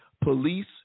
police